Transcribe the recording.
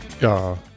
Ja